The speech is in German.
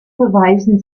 beweisen